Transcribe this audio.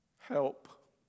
help